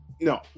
No